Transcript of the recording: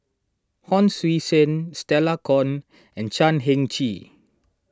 Hon Sui Sen Stella Kon and Chan Heng Chee